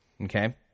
okay